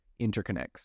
interconnects